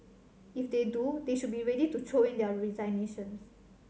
if they do they should be ready to throw in their resignations